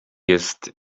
jest